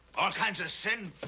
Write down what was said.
all kinds of sin?